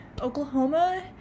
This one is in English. Oklahoma